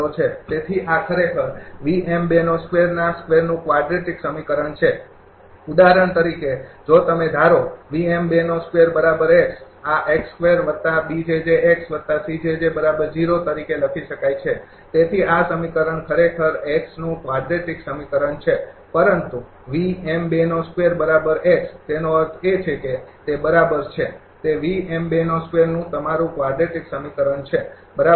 તેથી આ ખરેખર ના સ્કેવરનું ક્વાડ્રેટીક સમીકરણ છે ઉદાહરણ તરીકે જો તમે ધારો આ તરીકે લખી શકાય છે તેથી આ સમીકરણ ખરેખર નું કવાડ્રેટીક સમીકરણ છે પરંતુ તેનો અર્થ એ કે તે બરાબર છે તે નું તમારું કવાડ્રેટીક સમીકરણ છે બરાબર